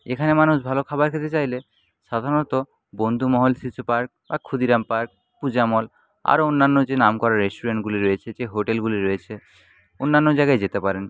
এখানে মানুষ ভালো খাবার খেতে চাইলে সাধারণত বন্ধুমহল শিশু পার্ক বা ক্ষুদিরাম পার্ক পূজা মল আরও অন্যান্য যে নাম করা রেস্টুরেন্টগুলি রয়েছে যে হোটেলগুলি রয়েছে অন্যান্য জায়গায় যেতে পারেন